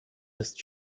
ist